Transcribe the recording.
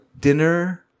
dinner